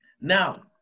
Now